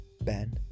Ben